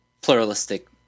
pluralistic